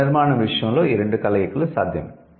పదనిర్మాణం విషయంలో ఈ రెండు కలయికలు సాధ్యమే